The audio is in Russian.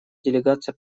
делегация